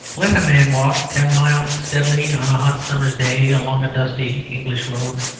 let a man walk ten miles steadily on a hot summer's day along a dusty english road,